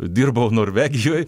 dirbau norvegijoj